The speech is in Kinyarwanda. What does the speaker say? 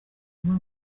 hamwe